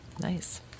nice